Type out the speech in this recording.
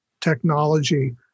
technology